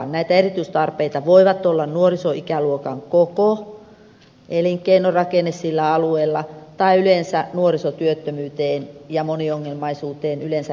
näitä erityistarpeita voivat olla nuorisoikäluokan koko elinkeinorakenne sillä alueella tai yleensä nuorisotyöttömyyteen ja moniongelmaisuuteen liittyvät ongelmat